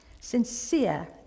sincere